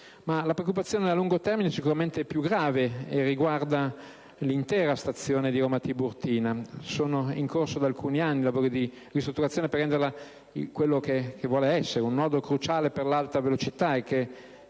la preoccupazione a lungo termine è sicuramente più grave e riguarda l'intera stazione Tiburtina. Sono in corso da alcuni anni lavori di ristrutturazione per renderla quello che vuole essere, ossia un nodo cruciale per l'alta velocità.